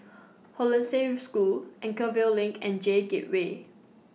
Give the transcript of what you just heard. Hollandse School Anchorvale LINK and J Gateway